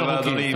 תודה רבה, אדוני.